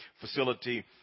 facility